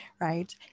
right